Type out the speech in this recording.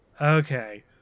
okay